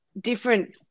different